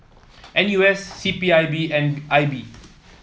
N U S C P I B and I B